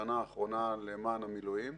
בשנה האחרונה למען המילואים,